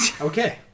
Okay